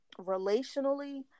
Relationally